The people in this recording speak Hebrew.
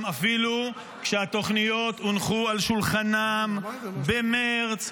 אפילו כשהתוכניות הונחו על שולחנם במרץ,